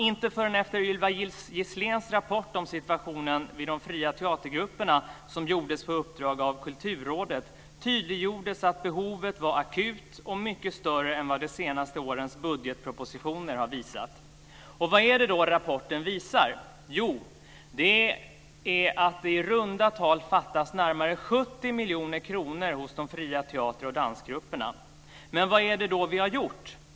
Inte förrän efter Ylva Gisléns rapport om situationen vid de fria teatergrupperna, som gjordes på uppdrag av Kulturrådet, tydliggjordes att behovet var akut och mycket större än vad de senaste årens budgetpropositioner har visat. Och vad är det då rapporten visar? Jo, att det i runda tal fattas närmare 70 miljoner kronor hos de fria teater och dansgrupperna. Vad är det då vi har gjort?